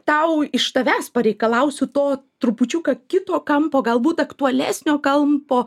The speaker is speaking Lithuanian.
tau iš tavęs pareikalausiu to trupučiuką kito kampo galbūt aktualesnio kampo